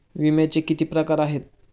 विम्याचे किती प्रकार आहेत?